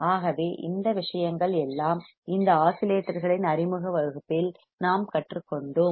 ஆகவே இந்த விஷயங்கள் எல்லாம் இந்த ஆஸிலேட்டர்களின் அறிமுக வகுப்பில் நாம் கற்றுக்கொண்டோம்